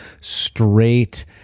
straight